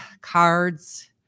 cards